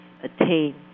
attain